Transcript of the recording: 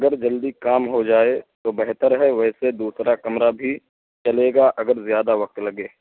اگر جلدی کام ہو جائے تو بہتر ہے ویسے دوسرا کمرہ بھی چلے گا اگر زیادہ وقت لگے